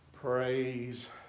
praise